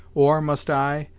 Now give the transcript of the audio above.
or, must i,